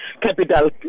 capital